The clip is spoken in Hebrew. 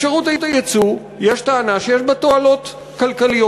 אפשרות הייצוא, יש טענה שיש בה תועלות כלכליות.